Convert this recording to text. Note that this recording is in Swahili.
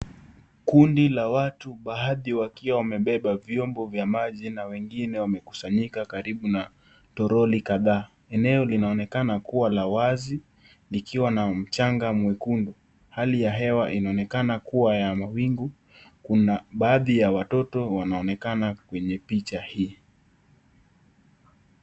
Kundi la watu baadhi wakiwa wamebeba vyombo vya maji na wengine wamekusanyika karibu na toroli kadhaa. Eneo linaonekana kuwa la wazi, likiwa na mchanga mwekundu. Hali ya hewa inaonekana kuwa ya mawingu. Kuna baadhi ya watoto wanaonekana kwenye picha hii.